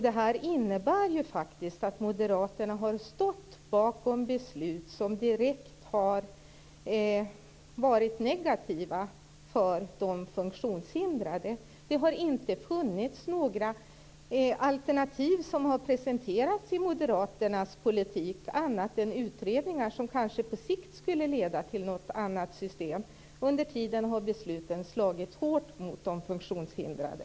Det innebär att Moderaterna har stått bakom beslut som har varit direkt negativa för de funktionshindrade. Det har inte funnits några alternativ som har presenterats i Moderaternas politik, annat än i utredningar, som kanske på sikt skulle leda till något annat system. Under tiden har besluten slagit hårt mot de funktionshindrade.